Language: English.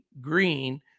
Green